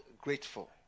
grateful